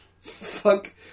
Fuck